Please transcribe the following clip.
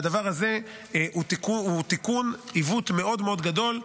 והדבר הזה הוא תיקון עיוות מאוד מאוד גדול,